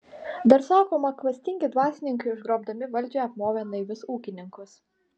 dar sakoma klastingi dvasininkai užgrobdami valdžią apmovė naivius ūkininkus